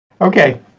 Okay